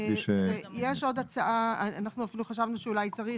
יש עוד הצעה - אפילו חשבנו שאולי צריך,